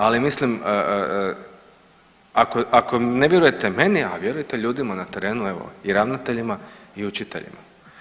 Ali mislim ako ne vjerujete meni, a vjerujete ljudima na terenu, evo i ravnateljima i učiteljima.